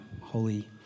holy